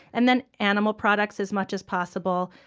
and then animal products as much as possible.